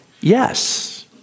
Yes